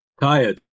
Tired